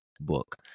book